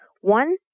One